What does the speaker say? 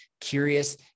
curious